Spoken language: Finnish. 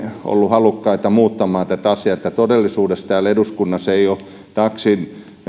halukas muuttamaan tätä asiaa eli todellisuudessa täällä eduskunnassa ei ole taksin